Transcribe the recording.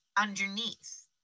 underneath